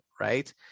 right